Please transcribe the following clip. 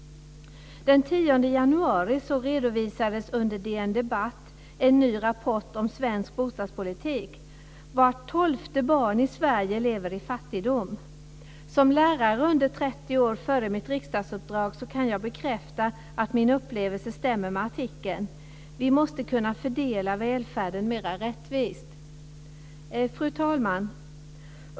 Sverige lever i fattigdom. Som lärare under 30 år före mitt riksdagsuppdrag kan jag bekräfta att min upplevelse stämmer med artikeln. Vi måste kunna fördela välfärden mer rättvist. Fru talman!